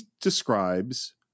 describes